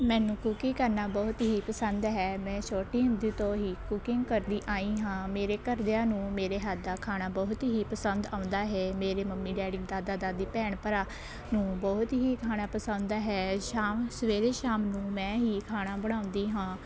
ਮੈਨੂੰ ਕੁਕਿੰਗ ਕਰਨਾ ਬਹੁਤ ਹੀ ਪਸੰਦ ਹੈ ਮੈਂ ਛੋਟੀ ਹੁੰਦੀ ਤੋਂ ਹੀ ਕੁਕਿੰਗ ਕਰਦੀ ਆਈ ਹਾਂ ਮੇਰੇ ਘਰਦਿਆਂ ਨੂੰ ਮੇਰੇ ਹੱਥ ਦਾ ਖਾਣਾ ਬਹੁਤ ਹੀ ਪਸੰਦ ਆਉਂਦਾ ਹੈ ਮੇਰੇ ਮੰਮੀ ਡੈਡੀ ਦਾਦਾ ਦਾਦੀ ਭੈਣ ਭਰਾ ਨੂੰ ਬਹੁਤ ਹੀ ਖਾਣਾ ਪਸੰਦ ਹੈ ਸ਼ਾਮ ਸਵੇਰੇ ਸ਼ਾਮ ਨੂੰ ਮੈਂ ਹੀ ਖਾਣਾ ਬਣਾਉਂਦੀ ਹਾਂ